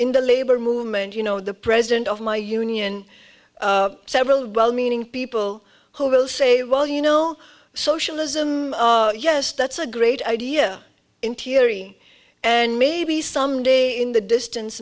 in the labor movement you know the president of my union several well meaning people who will say well you know socialism yes that's a great idea in theory and maybe someday in the distance